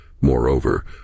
Moreover